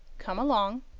come along.